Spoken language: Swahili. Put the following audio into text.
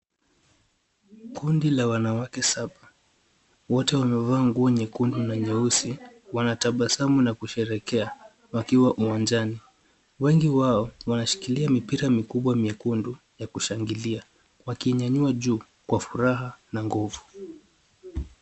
Kundi la wanawake saba, wote wamevaa nguo nyekundu na nyeusi, wanatabasamu na kusherekea wakiwa uwanjani. Wengi wao, wanashikilia mipira mikubwa miekundu ya kushangilia, wakiinyanyua juu kwa furaha na nguvu.